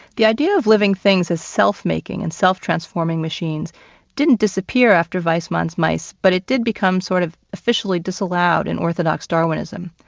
idea of living things as self-making and self-transforming machines didn't disappear after weismann's mice, but it did become sort of officially disallowed in orthodox darwinism,